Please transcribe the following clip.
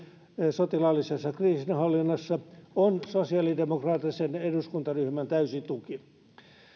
sotilaallisessa kriisinhallinnassa on sosiaalidemokraattisen eduskuntaryhmän täysi tuki